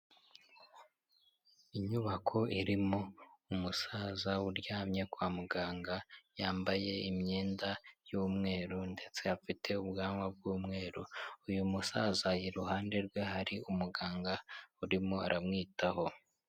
Inyubako irimo umusaza uryamye kwa muganga yambaye imyenda y'umweru ndetse afite ubwanwa bw'umweru, uyu musaza iruhande rwe hari umuganga urimo aramwitaho.